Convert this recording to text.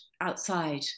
outside